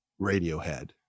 Radiohead